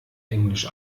englisch